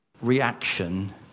reaction